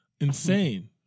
Insane